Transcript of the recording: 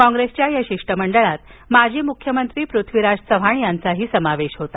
कॉंग्रेसच्या या शिष्टमंडळात माजी मुख्यमंत्री पृथ्वीराज चव्हाण यांचाही समावेश होता